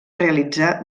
realitzar